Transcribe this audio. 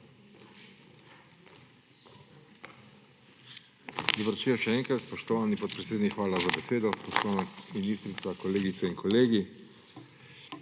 hvala za besedo.